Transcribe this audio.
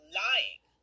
lying